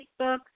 Facebook